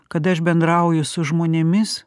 kada aš bendrauju su žmonėmis